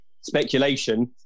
speculation